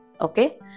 okay